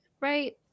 Right